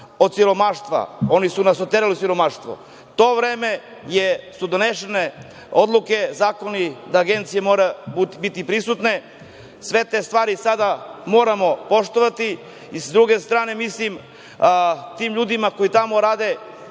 od siromaštva, oni su nas oterali u siromaštvo. U to vreme su donesene odluke, zakoni da agencije moraju biti prisutne. Sve te stvari sada moramo poštovati. Sa druge strane, mislim, ti ljudi koji tamo rade